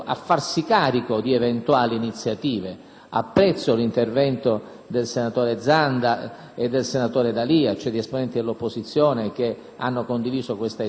Apprezzo gli interventi dei senatori Zanda e D'Alia, cioè di esponenti dell'opposizione, che hanno condiviso questa esigenza. Posso assicurare il senatore Giambrone che